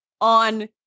on